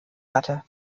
hatte